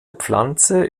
pflanze